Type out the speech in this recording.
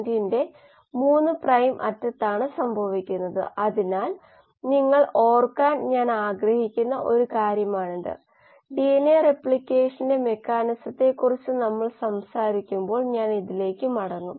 കാരണം അവിടെ കൂടുതൽ എൻഎഡിഎച്ച് ഉണ്ടാകുന്നത് നിങ്ങൾക്ക് കാണാംഅത്കൊണ്ട് ഇത് കോശങ്ങളുടെ എയറോബിക് അവസ്ഥയെ വളരെ വ്യക്തമായി സൂചിപ്പിക്കുന്നു ഓക്സിജൻ വീണ്ടും കൊടുക്കുമ്പോഴോ വായു വീണ്ടും കൊടുക്കുമ്പോഴോ അത് യഥാർത്ഥ നിലയിലേക്ക് മടങ്ങുന്നു